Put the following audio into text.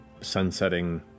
sunsetting